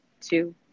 two